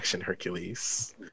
Hercules